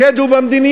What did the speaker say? השד הוא במדיניות,